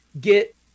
get